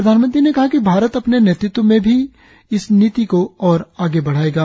प्रधानमंत्री ने कहा कि भारत अपने नेतृत्व में भी इस नीति को और आगे बढ़ाएगा